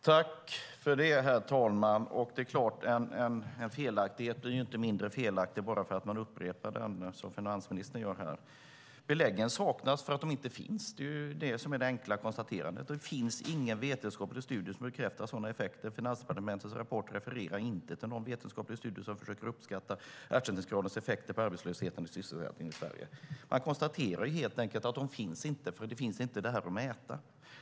Herr talman! En felaktighet blir inte mindre felaktig bara för att man upprepar den, som finansministern gör. Beläggen saknas, de finns inte. Det är det enkla konstaterandet. Det finns ingen vetenskaplig studie som bekräftar sådana effekter. Finansdepartementets rapport refererar inte till någon vetenskaplig studie där man försöker uppskattar ersättningsgradens effekter på arbetslöshet och sysselsättning i Sverige. Man konstaterar helt enkelt att de inte finns; de finns inte här för att mäta.